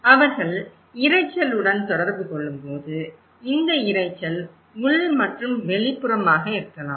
அவர்கள் இரைச்சலுடன் தொடர்பு கொள்ளும்போது இந்த இரைச்சல் உள் மற்றும் வெளிப்புறமாக இருக்கலாம்